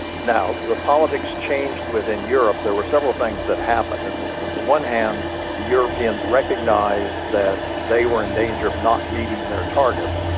now the politics changed within europe. there were several things that happened. and on and the one hand the europeans recognised that they were in danger of not meeting their targets.